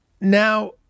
Now